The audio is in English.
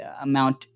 amount